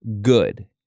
good